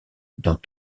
dans